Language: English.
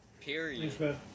Period